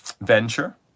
venture